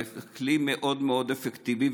זה כלי מאוד מאוד אפקטיבי.